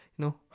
No